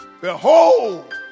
Behold